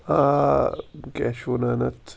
آ کیٛاہ چھُ وَنان اَتھ